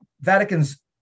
Vatican's